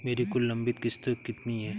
मेरी कुल लंबित किश्तों कितनी हैं?